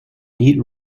neat